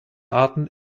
arten